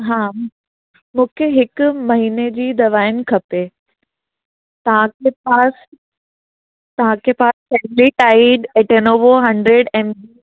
हा मूंखे हिकु महीने जी दवाइयुनि खपे तव्हांखे पास तव्हांखे पास पैमिलीटाइड एटोनोवा हंड्रेड एमजी